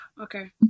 Okay